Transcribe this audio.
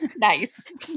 Nice